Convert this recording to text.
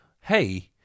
Hey